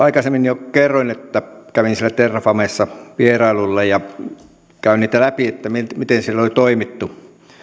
aikaisemmin jo kerroin että kävin siellä terrafamessa vierailulla ja käyn läpi miten siellä oli toimittu